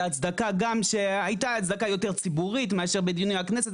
והצדקה גם שהייתה הצדקה יותר ציבורית מאשר בדיני הכנסת,